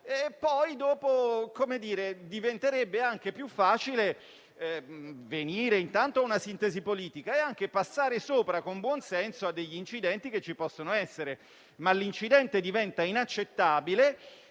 noi, diventerebbe più facile addivenire a una sintesi politica e anche passare sopra, con buon senso, a incidenti che ci possono essere. Ma l'incidente diventa inaccettabile